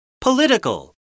Political